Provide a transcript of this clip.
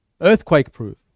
earthquake-proof